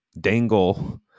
dangle